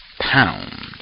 Pound